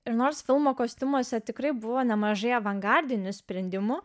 ir nors filmo kostiumuose tikrai buvo nemažai avangardinių sprendimų